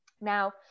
Now